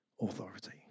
authority